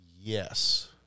Yes